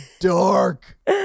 dark